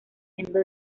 siendo